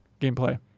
gameplay